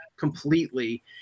completely